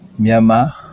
Myanmar